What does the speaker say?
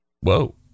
whoa